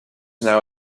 now